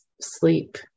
sleep